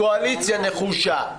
הקואליציה נחושה.